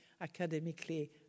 academically